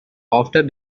after